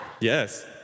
Yes